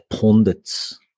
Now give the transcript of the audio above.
pundits